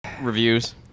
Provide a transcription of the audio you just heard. Reviews